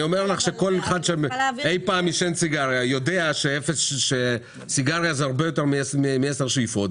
כל אחד שאי פעם עישן סיגריה יודע שסיגריה זה הרבה יותר מ-10 שאיפות,